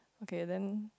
okay then